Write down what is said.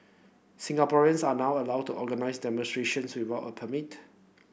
Singaporeans are now allowed to organise demonstrations without a permit